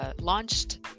launched